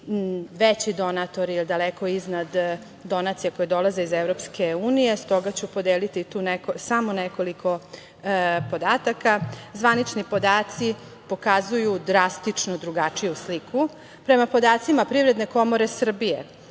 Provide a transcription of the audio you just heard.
veći donatori ili daleko iznad donacija koje dolaze iz EU, stoga ću podeliti tu samo nekoliko podataka. Zvanični podaci pokazuju drastično drugačiju sliku. Prema podacima Privredne komore Srbije